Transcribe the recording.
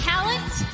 Talent